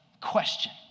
question